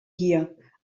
here